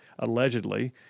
allegedly